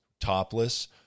topless